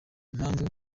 impamvu